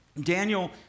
Daniel